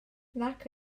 nac